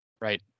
Right